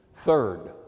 Third